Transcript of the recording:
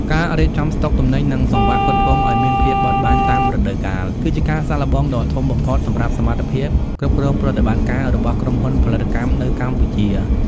ការរៀបចំស្តុកទំនិញ និងសង្វាក់ផ្គត់ផ្គង់ឱ្យមានភាពបត់បែនតាមរដូវកាល គឺជាការសាកល្បងដ៏ធំបំផុតសម្រាប់សមត្ថភាពគ្រប់គ្រងប្រតិបត្តិការរបស់ក្រុមហ៊ុនផលិតកម្មនៅកម្ពុជា។